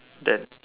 that